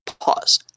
Pause